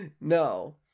No